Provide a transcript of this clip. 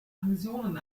pensionen